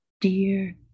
Dear